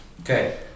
Okay